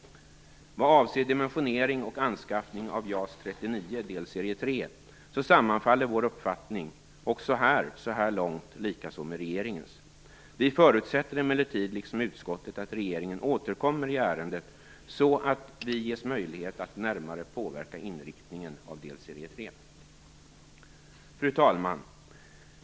39 Gripen delserie 3 sammanfaller också här vår uppfattning så här långt med regeringens. Vi förutsätter emellertid liksom utskottet att regeringen återkommer i ärendet så att vi ges möjlighet att närmare påverka inriktningen av delserie 3. Fru talman!